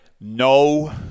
No